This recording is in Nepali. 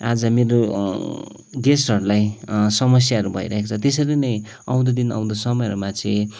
आज मेरो गेस्टहरूलाई समस्याहरू भइरहेको छ त्यसरी नै आउँदो दिन आउँदो समयहरूमा चाहिँ